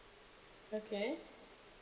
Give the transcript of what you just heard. okay